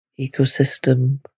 ecosystem